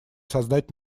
создать